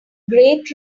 great